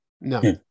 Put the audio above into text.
No